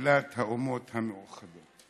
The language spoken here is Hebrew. מגילת האומות המאוחדות".